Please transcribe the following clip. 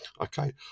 Okay